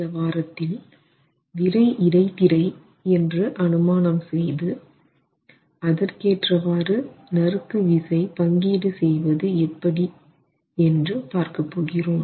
இந்த வாரத்தில் விறை இடைத்திரை என்று அனுமானம் செய்து அதற்கேற்றவாறு நறுக்கு விசை பங்கீடு எப்படி செய்வது என்று பார்க்க போகிறோம்